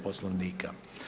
Poslovnika.